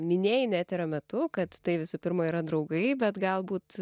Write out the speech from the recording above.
minėjai ne eterio metu kad tai visų pirma yra draugai bet galbūt